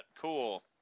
Cool